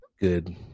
Good